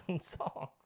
song